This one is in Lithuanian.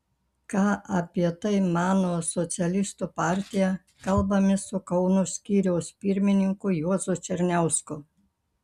ką apie tai mano socialistų partija kalbamės su kauno skyriaus pirmininku juozu černiausku